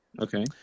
okay